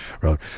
wrote